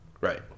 Right